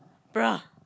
bro